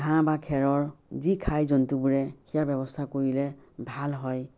ঘাঁহ বা খেৰৰ যি খাই জন্তুবোৰে সেয়াৰ ব্যৱস্থা কৰিলে ভাল হয়